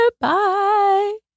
Bye